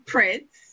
Prince